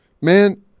Man